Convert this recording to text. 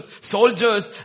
soldiers